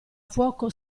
fuoco